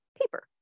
paper